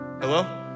Hello